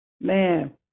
man